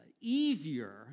easier